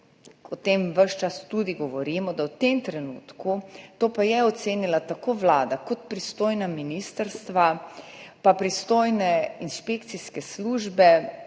o tem ves čas tudi govorimo, da v tem trenutku, to pa so ocenili tako Vlada kot pristojna ministrstva in pristojne inšpekcijske službe,